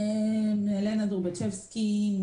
שמי אלנה דרובצ'בסקי,